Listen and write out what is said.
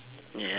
yup